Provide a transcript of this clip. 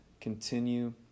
continue